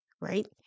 right